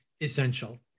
essential